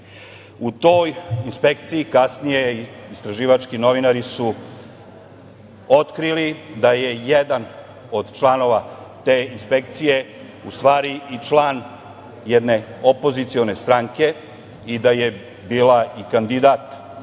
U toj inspekciji, kasnije, istraživački novinari su otkrili da je jedan od članova te inspekcije, u stvari i član jedne opozicione stranke, i da je bila kandidat